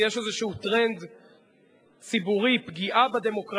יש איזה טרנד ציבורי: פגיעה בדמוקרטיה.